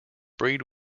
breed